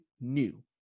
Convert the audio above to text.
new